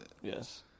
Yes